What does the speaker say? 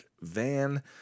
van